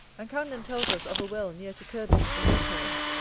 and camden tells us of a well near to kirby, in westmoreland,